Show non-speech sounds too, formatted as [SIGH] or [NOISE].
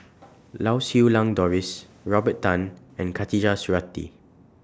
[NOISE] Lau Siew Lang Doris Robert Tan and Khatijah Surattee